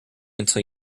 until